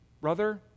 brother